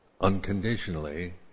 Unconditionally